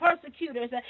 persecutors